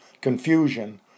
confusion